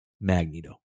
Magneto